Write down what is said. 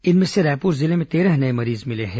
इनमें से रायपुर जिले में तेरह नए मरीज मिले हैं